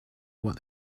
what